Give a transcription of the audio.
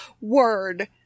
word